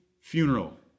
funeral